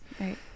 Right